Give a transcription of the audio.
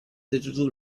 digital